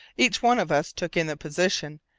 each one of us took in the position.